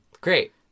Great